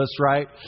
right